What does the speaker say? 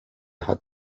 hat